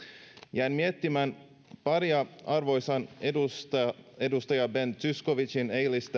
jäin miettimään paria arvoisan edustaja edustaja ben zyskowiczin